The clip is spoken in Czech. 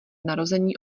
narození